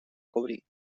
cobrir